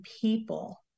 people